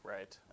Right